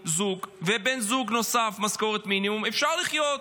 זוג, ובן זוג נוסף במשכורת מינימום, אפשר לחיות.